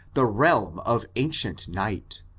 the realm of ancient night,